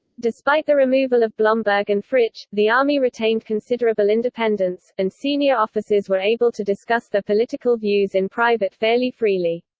despite the removal of blomberg and fritsch, the army retained considerable independence, and senior officers were able to discuss their political views in private fairly freely.